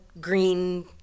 green